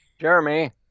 Jeremy